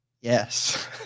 Yes